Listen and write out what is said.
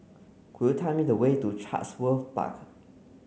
could you tell me the way to Chatsworth Park